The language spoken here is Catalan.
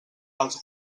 els